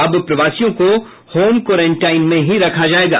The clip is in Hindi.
अब प्रवासियों को होम क्वारंटाइन में हीं रखा जायेगा